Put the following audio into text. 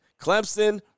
Clemson